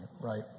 right